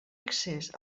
accés